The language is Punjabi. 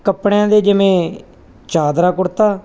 ਕੱਪੜਿਆਂ ਦੇ ਜਿਵੇਂ ਚਾਦਰਾ ਕੁੜਤਾ